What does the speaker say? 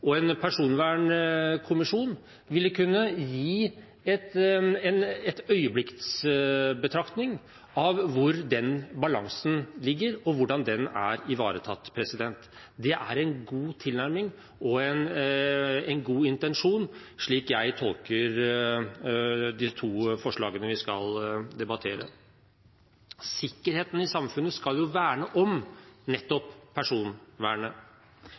En personvernkommisjon vil kunne gi en øyeblikksbetraktning av hvordan den balansen er, og hvordan den er ivaretatt. Det er en god tilnærming og en god intensjon, slik jeg tolker de to forslagene vi debatterer. Sikkerheten i samfunnet skal jo verne om nettopp personvernet.